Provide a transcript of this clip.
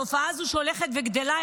התופעה הזאת הולכת וגדלה.